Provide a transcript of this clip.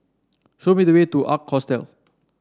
show me the way to Ark Hostel